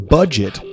Budget